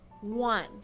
one